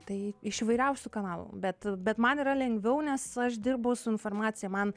tai iš įvairiausių kanalų bet bet man yra lengviau nes aš dirbu su informacija man